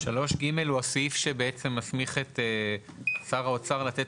3(ג) הוא הסעיף שמסמיך את שר האוצר לתת